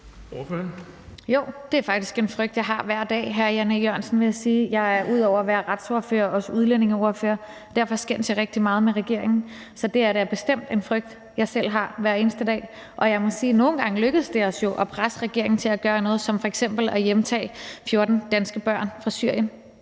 Jo, det er faktisk en frygt, jeg har hver dag, hr. Jan E. Jørgensen, vil jeg sige. Jeg er ud over at være retsordfører også udlændingeordfører, og derfor skændes jeg rigtig meget med regeringen. Så det er da bestemt en frygt, jeg selv har hver eneste dag, og jeg må jo sige, at det nogle gange lykkes os at presse regeringen til at gøre noget som f.eks. at hjemtage 14 danske børn fra Syrien.